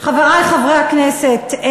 חברי חברי הכנסת,